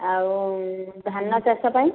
ଆଉ ଧାନ ଚାଷ ପାଇଁ